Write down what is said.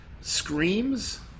screams